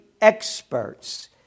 experts